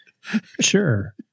Sure